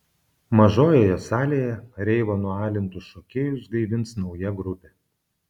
mažojoje salėje reivo nualintus šokėjus gaivins nauja grupė